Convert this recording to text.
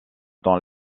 dans